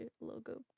logo